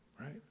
Right